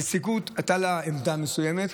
לנציגות הייתה עמדה מסוימת,